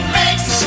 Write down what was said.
makes